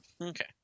Okay